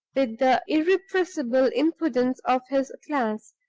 with the irrepressible impudence of his class,